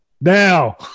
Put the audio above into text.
now